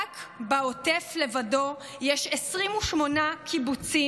רק בעוטף לבדו יש 28 קיבוצים,